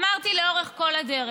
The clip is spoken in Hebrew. אמרתי לאורך כל הדרך: